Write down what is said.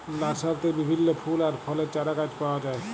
লার্সারিতে বিভিল্য ফুল আর ফলের চারাগাছ পাওয়া যায়